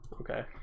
Okay